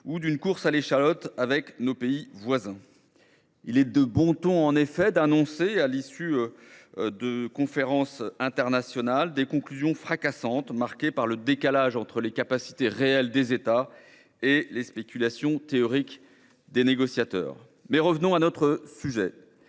ou d’une course à l’échalote avec nos pays voisins. Il est de bon ton, en effet, d’annoncer, à l’issue de conférences internationales, des conclusions fracassantes, marquées par le décalage entre les capacités réelles des États et les spéculations théoriques des négociateurs… Revenons à notre sujet.